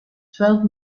twelve